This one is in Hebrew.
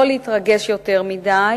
לא להתרגש יותר מדי.